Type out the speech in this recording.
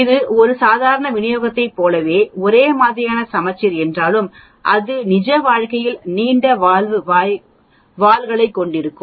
இது ஒரு சாதாரண விநியோகத்தைப் போலவே ஒரே மாதிரியான சமச்சீர் என்றாலும் அது நிஜ வாழ்க்கையில் நீண்ட வால்களைக் கொண்டிருக்கும்